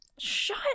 shut